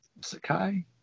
Sakai